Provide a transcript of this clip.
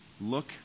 look